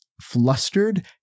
flustered